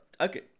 Okay